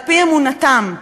מיועדים, באמת,